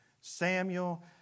Samuel